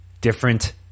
different